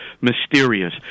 mysterious